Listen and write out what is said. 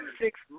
Six